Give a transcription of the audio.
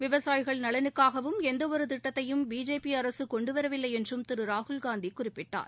விவசாயிகள் நலனுக்காகவும் எந்தவொரு திட்டத்தையும் பிஜேபி அரசு கொண்டுவரவில்லை என்றும் திரு ராகுல்காந்தி குறிப்பிட்டார்